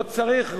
לא צריך,